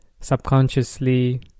subconsciously